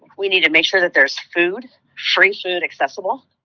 we need to make sure that there's food free food accessible.